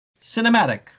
Cinematic